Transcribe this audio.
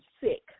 sick